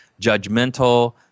judgmental